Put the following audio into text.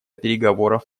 переговоров